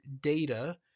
data